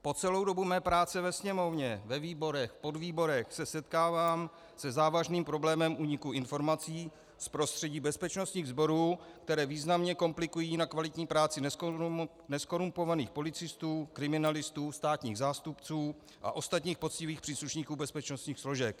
Po celou dobu mé práce ve Sněmovně, ve výborech, v podvýborech se setkávám se závažným problémem úniku informací z prostředí bezpečnostních sborů, které významně komplikují jinak kvalitní práci nezkorumpovaných policistů, kriminalistů, státních zástupců a ostatních poctivých příslušníků bezpečnostních složek.